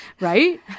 Right